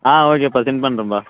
ஆ ஓகேப்பா செண்ட் பண்ணுறேன்ப்பா